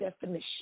definition